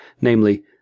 namely